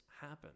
happen